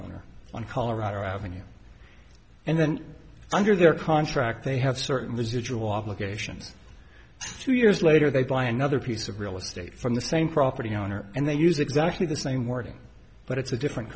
owner on colorado avenue and then under their contract they have certain residual obligations two years later they buy another piece of real estate from the same property owner and they use exactly the same wording but it's a different